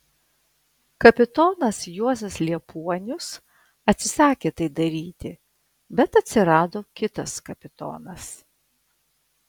kapitonas juozas liepuonius atsisakė tai daryti bet atsirado kitas kapitonas